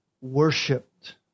worshipped